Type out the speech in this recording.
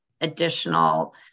additional